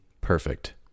perfect